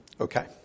Okay